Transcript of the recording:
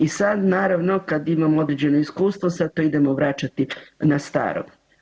I sad naravno kad imamo određeno iskustvo sad to idemo vraćati na staro.